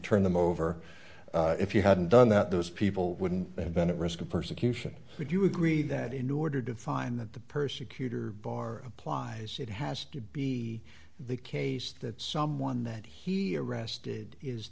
turn them over if you hadn't done that those people wouldn't have been at risk of persecution would you agree that in order to find that the persecutor bar applies it has to be the case that someone that he arrested is